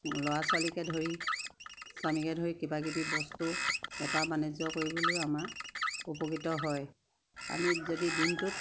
ল'ৰা ছোৱালীকে ধৰি স্বামীকে ধৰি কিবা কিবি বস্তু বেপাৰ বাণিজ্য কৰিবলৈ আমাৰ উপকৃত হয় আমি যদি দিনটোত